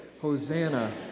Hosanna